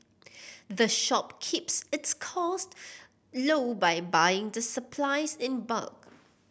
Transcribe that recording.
the shop keeps its cost low by buying the supplies in bulk